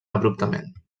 abruptament